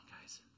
guys